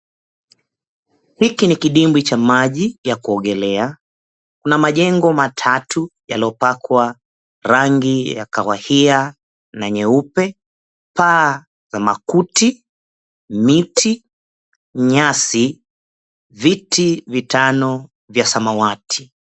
Hiki ni kidibwi cha maji ya kuogelea. Kuna majengo matatu yaliyopakwa rangi ya kahawia na nyeupe, paa la makuti, miti, nyasi, viti vitano vya samawati.